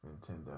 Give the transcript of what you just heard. Nintendo